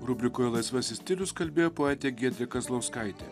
rubrikoj laisvasis stilius kalbėjo poetė giedrė kazlauskaitė